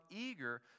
eager